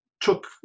took